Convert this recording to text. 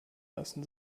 lassen